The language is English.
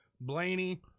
Blaney